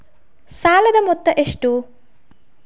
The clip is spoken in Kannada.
ಸಾಲದ ಮೊತ್ತ ಎಷ್ಟು?